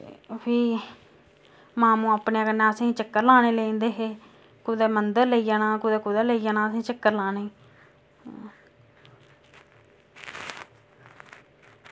ते फ्ही मामू अपने कन्नै असेंगी चक्कर लाने ई लेई जन्दे हे कुतै मंदर लेई जाना कुतै कुतै लेई जाना असेंगी चक्कर लाने गी